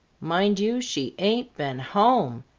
mind you, she ain't been home!